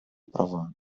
права